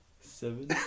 Seven